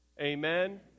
Amen